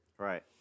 Right